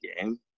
game